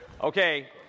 Okay